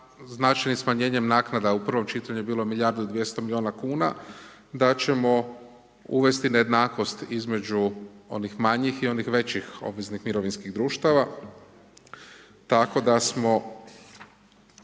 značajnim smanjenjem naknada u prvom čitanju je bilo milijardu 200 miliona kuna, da ćemo uvesti nejednakost između onih manjih i onih većih obveznih mirovinskih društava, tako da smo